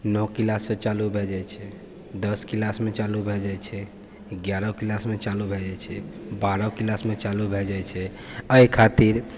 नओ क्लाससँ चालू भए जाइ छै दस क्लासमे चालू भए जाइ छै ग्यारह किलास में चालू भए जाइ छै बारह क्लासमे चालू भए जाइ छै एहि खातिर